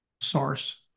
source